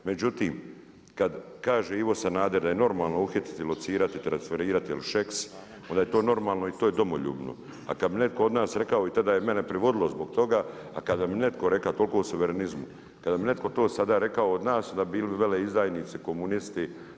Međutim kada kaže Ivo Sanader da je normalno uhititi, locirati, transferirati ili Šeks onda je to normalno i to je domoljubno, a kada bi neko od nas rekao i tada je mene privodilo zbog toga, a kada bi neko rekao, toliko o suverenizmu, a kada bi netko to sada rekao od nas da bi bili veleizdajnici, komunisti.